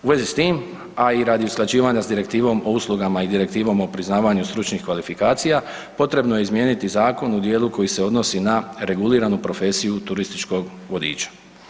U vezi s tim, a i radi usklađivanja s Direktivom o uslugama i Direktivom o priznavanju stručnih kvalifikacija, potrebno je smijeniti zakon u dijeli koji se odnosi na reguliranu profesiju turističkog vodiča.